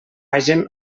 hagen